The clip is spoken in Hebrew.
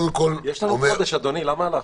יש לנו עוד חודש, אדוני, למה הלחץ?